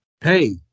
hey